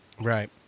right